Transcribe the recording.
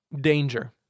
danger